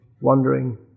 wandering